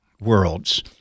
worlds